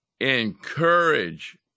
Encourage